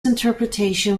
interpretation